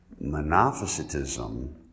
monophysitism